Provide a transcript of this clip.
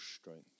strength